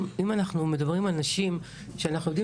אם אנחנו מדברים על נשים שאנחנו יודעים